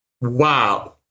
Wow